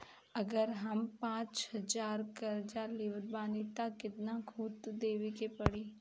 अगर हम पचास हज़ार कर्जा लेवत बानी त केतना सूद देवे के पड़ी?